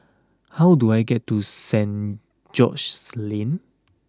how do I get to Saint George's Lane